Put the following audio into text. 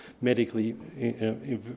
medically